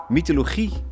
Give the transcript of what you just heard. Mythologie